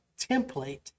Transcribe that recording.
template